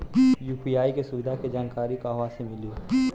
UPI के सुविधा के जानकारी कहवा से मिली?